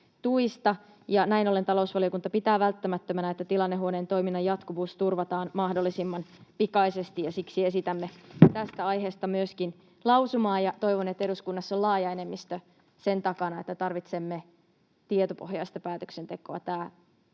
Näin ollen talousvaliokunta pitää välttämättömänä, että tilannehuoneen toiminnan jatkuvuus turvataan mahdollisimman pikaisesti, ja siksi esitämme tästä aiheesta myöskin lausumaa. Toivon, että eduskunnassa on laaja enemmistö sen takana, että tarvitsemme tietopohjaista päätöksentekoa.